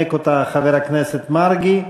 ינמק אותה חבר הכנסת יעקב מרגי.